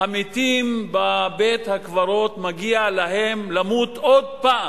המתים בבית-הקברות, מגיע להם למות עוד פעם?